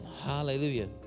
hallelujah